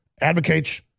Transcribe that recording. advocates